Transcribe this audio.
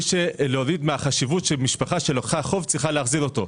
להוריד מהחשיבות של משפחה שלקחה חוב וצריכה להחזיר אותו.